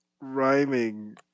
rhyming